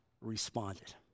responded